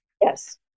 Yes